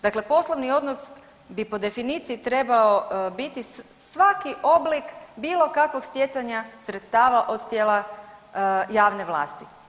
Dakle, poslovni odnos bi po definiciji trebao biti svaki oblik bilo kakvog stjecanja sredstava od tijela javne vlasti.